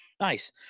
Nice